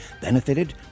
benefited